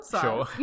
Sure